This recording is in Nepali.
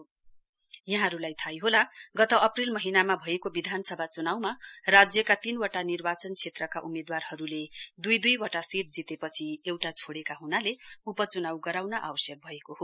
बाई इलेक्सन केन्डीडेटस् यहाँहरूलाई थाहै होला गत अप्रेल महीनामा भएको विधानसभा चुनाउमा राज्यका तीनवटा निर्वाचन क्षेत्रकै उम्मेदवारहरूले दुइ दुइ वटा सीट जितेपछि एउटा छोइेका हुनाले उपच्नाउ गराउन आवश्यक भएको हो